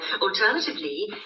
Alternatively